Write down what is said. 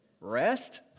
Rest